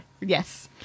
Yes